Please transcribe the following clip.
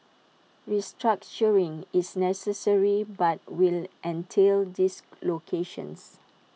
restructuring is necessary but will entail dislocations